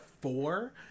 four